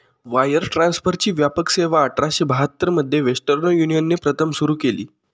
wire ट्रान्सफरची व्यापक सेवाआठराशे बहात्तर मध्ये वेस्टर्न युनियनने प्रथम सुरू केली